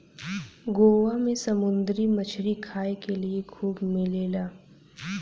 गोवा में समुंदरी मछरी खाए के लिए खूब मिलेला